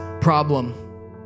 problem